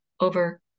over